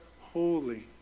holy